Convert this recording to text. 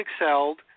excelled